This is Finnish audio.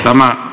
tämä